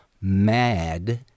mad